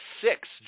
six